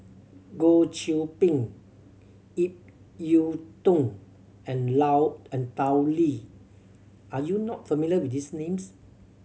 Goh Qiu Bin Ip Yiu Tung and Lao and Tao Li are you not familiar with these names